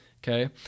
Okay